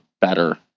better